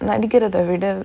நடிகுறத விட:nadikuratha vida